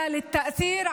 להשפיע,